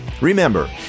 Remember